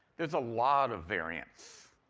there's a lot of variance.